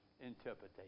interpretation